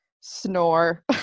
Snore